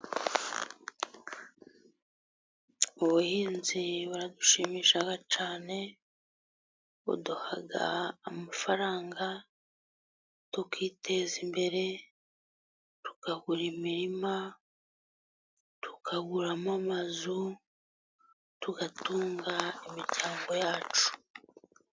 Ubuhinzi buradushimisha cyane. Buduha amafaranga tukiteza imbere tukagura imirima, tukaguramo amazu tugatunga imiryango yacu.